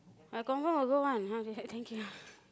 I confirm will go one okay thank you